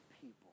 people